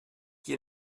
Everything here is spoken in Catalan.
qui